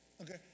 Okay